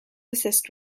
assist